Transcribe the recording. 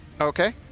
Okay